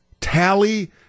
tally